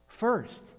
First